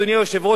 אדוני היושב-ראש,